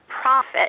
profit